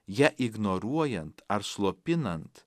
ją ignoruojant ar slopinant